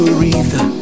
Aretha